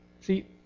See